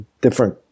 different